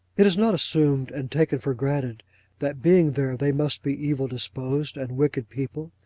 it is not assumed and taken for granted that being there they must be evil-disposed and wicked people,